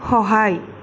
সহায়